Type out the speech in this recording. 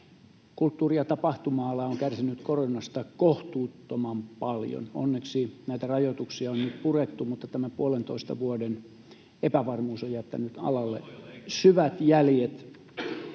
Kulttuuri‑ ja tapahtuma-ala on kärsinyt koronasta kohtuuttoman paljon. Onneksi näitä rajoituksia on nyt purettu, mutta tämän puolentoista vuoden epävarmuus on jättänyt alalle syvät jäljet.